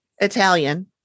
Italian